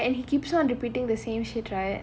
oh ya and he keeps on repeating the same shit right